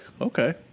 okay